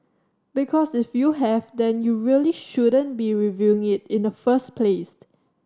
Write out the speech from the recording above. because if you have then you really shouldn't be reviewing it in the first place